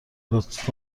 لطف